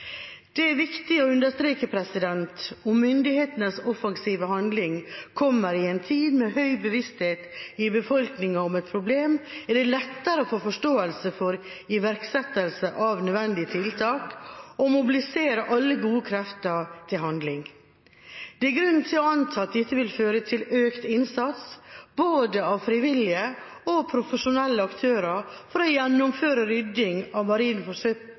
Det er viktig å understreke at om myndighetenes offensive handling kommer i en tid med høy bevissthet i befolkningen om et problem, er det lettere å få forståelse for iverksettelse av nødvendige tiltak og mobilisere alle gode krefter til handling. Det er grunn til å anta at dette vil føre til økt innsats av både frivillige og profesjonelle aktører for å gjennomføre rydding av